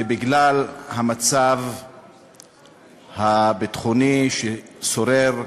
ובגלל המצב הביטחוני ששורר באזורנו,